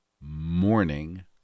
morning